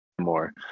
more